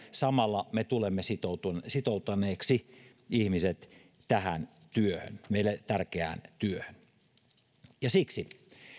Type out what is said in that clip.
samalla me tulemme sitouttaneeksi ihmiset tähän meille tärkeään työhön siksi